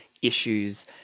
issues